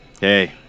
Hey